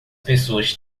pessoas